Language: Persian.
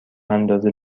اندازه